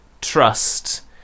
trust